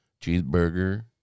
Cheeseburger